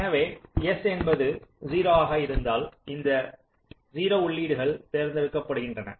எனவே S என்பது 0 ஆக இருந்தால் இந்த 0 உள்ளீடுகள் தேர்ந்தெடுக்கப்படுகின்றன